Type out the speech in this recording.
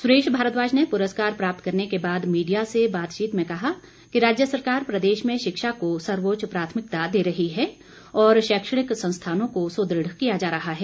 सुरेश भारद्वाज ने पुरस्कार प्राप्त करने के बाद मीडिया से बातचीत में कहा कि राज्य सरकार प्रदेश में शिक्षा को सर्वोच्च प्राथमिकता दे रही है और शैक्षणिक संस्थानों को सुदृढ़ किया जा रहा है